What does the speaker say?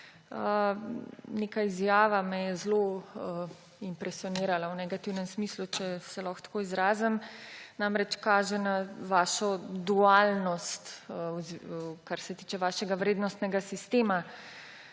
Neka izjava me je zelo impresionirala v negativnem smislu, če se lahko tako izrazim, kaže namreč na vašo dualnost, kar se tiče vašega vrednostnega sistema.